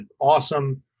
awesome